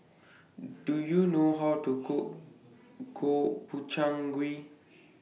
Do YOU know How to Cook Gobchang Gui